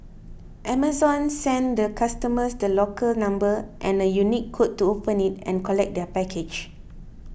Amazon send the customer the locker number and a unique code to open it and collect their package